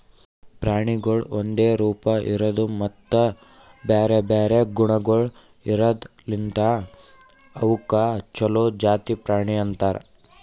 ಪ್ರಾಣಿಗೊಳ್ ಒಂದೆ ರೂಪ, ಇರದು ಮತ್ತ ಬ್ಯಾರೆ ಬ್ಯಾರೆ ಗುಣಗೊಳ್ ಇರದ್ ಲಿಂತ್ ಅವುಕ್ ಛಲೋ ಜಾತಿ ಪ್ರಾಣಿ ಅಂತರ್